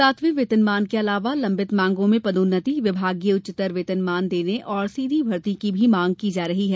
सातवें वेतनमान के अलावा लम्बित मांगों में पदोन्नति विभागीय उच्चतर वेतनमान देने और सीधी भर्ती की भी मांग की जा रही है